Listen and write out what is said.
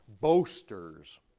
boasters